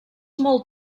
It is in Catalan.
molt